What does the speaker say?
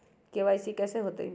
KYC कैसे होतई?